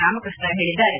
ರಾಮಕೃಷ್ಣ ಹೇಳದ್ದಾರೆ